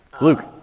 Luke